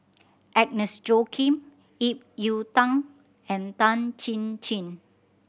Agnes Joaquim Ip Yiu Tung and Tan Chin Chin